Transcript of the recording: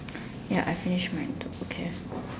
ya I finish mine too okay